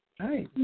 Hi